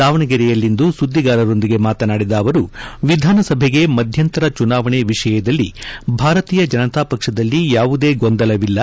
ದಾವಣಗೆರೆಯಲ್ಲಿಂದು ಸುದ್ದಿಗಾರರೊಂದಿಗೆ ಮಾತನಾಡಿದ ಅವರು ವಿಧಾನಸಭೆಗೆ ಮಧ್ಯಂತರ ಚುನಾವಣೆ ವಿಷಯದಲ್ಲಿ ಭಾರತೀಯ ಜನತಾ ಪಕ್ಷದಲ್ಲಿ ಯಾವುದೇ ಗೊಂದಲವಿಲ್ಲ